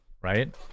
right